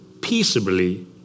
peaceably